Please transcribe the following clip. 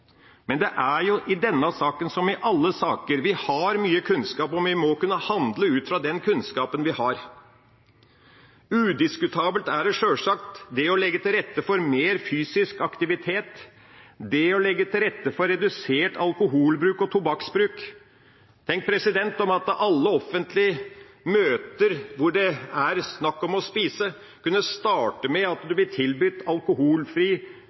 Men det er slik i denne saken som i alle saker – vi har mye kunnskap, og vi må kunne handle ut fra den kunnskapen vi har. Udiskutabelt er sjølsagt det å legge til rette for mer fysisk aktivitet, det å legge til rette for redusert alkohol- og tobakksbruk. Tenk om alle offentlige møter hvor det er snakk om å spise, kunne starte med at